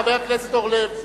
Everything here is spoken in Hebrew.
חבר הכנסת אורלב,